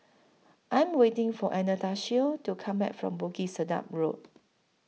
I Am waiting For Anastacio to Come Back from Bukit Sedap Road